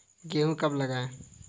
गेहूँ कब लगाएँ?